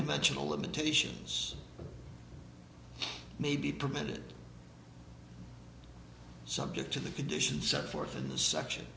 dimensional limitations may be permitted subject to the conditions set forth in the section